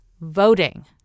voting